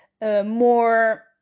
more